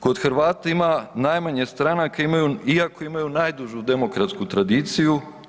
Kod Hrvata ima najmanje stranaka iako imaju najdužu demokratsku tradiciju.